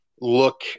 look